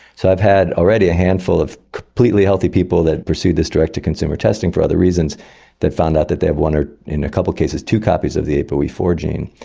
so i've had already a handful of completely healthy people that pursued this direct to consumer testing for other reasons that found out that they have one or in a couple of cases two copies of the a p but o e four gene,